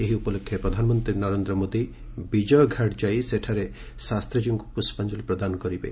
ଏହି ଉପଲକ୍ଷେ ପ୍ରଧାନମନ୍ତ୍ରୀ ନରେନ୍ଦ୍ର ମୋଦି ବିଜୟଘାଟ ଯାଇ ସେଠାରେ ଶାସ୍ତିଜୀଙ୍କୁ ପୁଷ୍ପାଞ୍ଜଳି ପ୍ରଦାନ କରିବେ